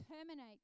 terminate